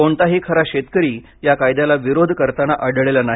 कोणताही खरा शेतकरी या कायद्याला विरोध करताना आढळलेला नाही